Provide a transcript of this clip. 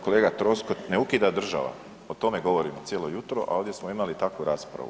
Kolega Troskot, ne ukida država, o tome govorim cijelo jutro, a ovdje smo imali takvu raspravu.